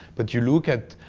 but you look at,